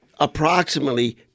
approximately